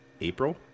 April